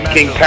King